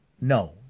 no